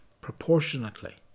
Proportionately